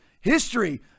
History